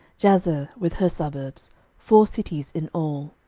jazer with her suburbs four cities in all.